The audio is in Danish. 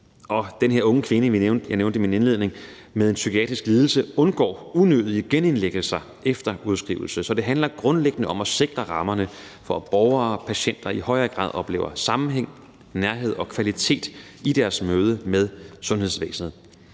lidelse, som jeg nævnte i min indledning, undgår unødige genindlæggelser efter udskrivelse. Så det handler grundlæggende om at sikre rammerne for, at borgere og patienter i højere grad oplever sammenhæng, nærhed og kvalitet i deres møde med sundhedsvæsenet.